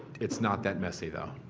it's not that messy though.